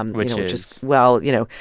and which which is. well, you know,